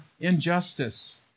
injustice